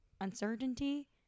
uncertainty